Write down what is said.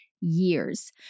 years